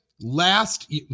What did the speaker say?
last